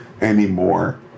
anymore